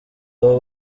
abo